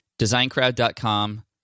designcrowd.com